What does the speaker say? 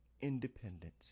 independence